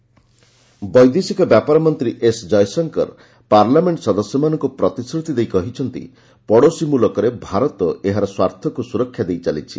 Jaishankar MPs ବୈଦେଶିକ ବ୍ୟାପାର ମନ୍ତ୍ରୀ ଏସ୍ ଜୟଶଙ୍କର ପାର୍ଲାମେଣ୍ଟ ସଦସ୍ୟମାନଙ୍କୁ ପ୍ରତିଶ୍ରତି ଦେଇ କହିଛନ୍ତି ପଡ଼ୋଶୀ ମୁଲକରେ ଭାରତ ଏହାର ସ୍ୱାର୍ଥକୁ ସୁରକ୍ଷା ଦେଇ ଚାଲିଛି